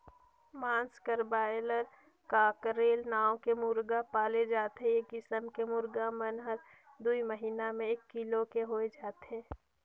मांस बर broiler, cockerel नांव के मुरगा पाले जाथे ए किसम के मुरगा मन हर दूई महिना में एक किलो के होय जाथे